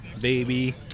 Baby